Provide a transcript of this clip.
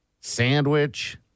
Sandwich